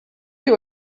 you